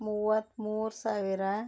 ಮೂವತ್ತ್ಮೂರು ಸಾವಿರ